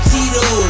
Tito